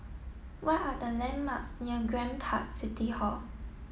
what are the landmarks near Grand Park City Hall